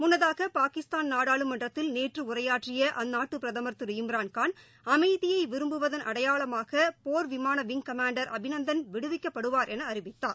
முன்னதாக பாகிஸ்தான் நாடாளுமன்றத்தில் நேற்று உரையாற்றிய அந்நாட்டு பிரதமர் திரு இம்ரான்கான் அமைதியை விரும்புவதன் அடையாளமாக போர் விமான விங் கமாண்டர் அபிநந்தன் விடுவிக்கப்படுவார் என அறிவித்தார்